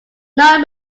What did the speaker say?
not